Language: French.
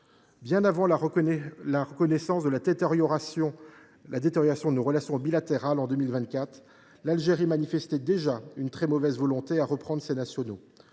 Bien avant la reconnaissance de la détérioration de nos relations bilatérales en 2024, l’Algérie manifestait déjà sa très mauvaise volonté lorsqu’il s’agissait